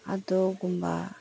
ꯑꯗꯨꯒꯨꯝꯕ